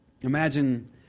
Imagine